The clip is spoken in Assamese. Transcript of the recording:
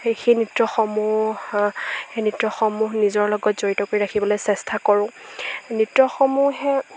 সেই নৃত্যসমূহ সেই নৃত্যসমূহ নিজৰ লগত জড়িত কৰি ৰাখিবলৈ চেষ্টা কৰোঁ নৃত্যসমূহহে